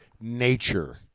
nature